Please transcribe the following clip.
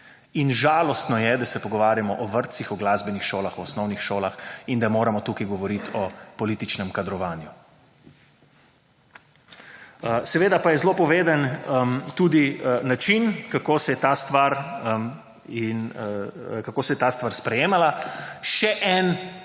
In žalostno je, da se pogovarjamo o vrtcih, o glasbenih šolah, o osnovnih šolah in da moramo tukaj govoriti o političnem kadrovanju. Seveda pa je zelo povedan tudi način kako se je ta stvar sprejemala. Še en